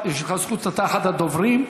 הוא שר שקורא לחרם על אזרחים ערבים בישראל,